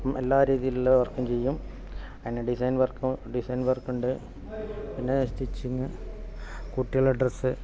എല്ലാ രീതിയിലുള്ള വർക്കും ചെയ്യും പിന്നെ ഡിസൈൻ വർക്ക് ഡിസൈൻ വർക്കുണ്ട് പിന്നെ സ്റ്റിച്ചിങ് കുട്ടികളുടെ ഡ്രസ്സ്